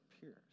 peers